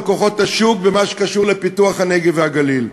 כוחות השוק במה שקשור לפיתוח הנגב והגליל.